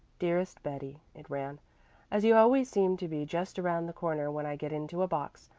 dearest betty, it ran as you always seem to be just around the corner when i get into a box,